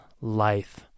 life